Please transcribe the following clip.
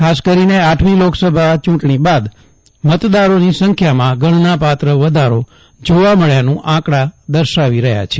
ખાસ કરીને આઠમી લોકસભા યૂંટણી બાદ મતદારોની સંખ્યામાં ગણનાપાત્ર વધારો જોવા મળ્યાનું આંકડા દર્શાવી રહ્યા છે